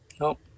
no